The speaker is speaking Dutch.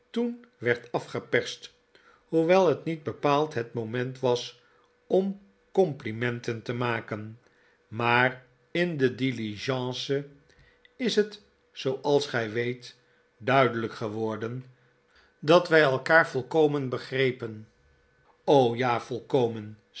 toen werd afgeperst hoewel het niet bepaald bet moment was om complimenten te maken maar in de diligence is het zooals gij weet duidelijk geworden r dat wij elkaar volkomen begrepen ja